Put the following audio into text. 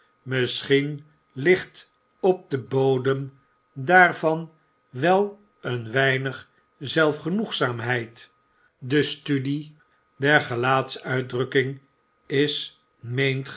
misschien ligt op den bodem daarvan wel een weinig zelfgenoegzaamheid de studie der gelaatsuitdrukking is meent